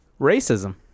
Racism